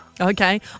Okay